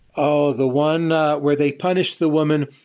ah the one where they punished the woman.